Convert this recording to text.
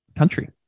country